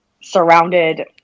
surrounded